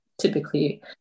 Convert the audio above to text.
typically